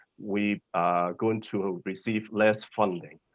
we are going to ah receive less funding.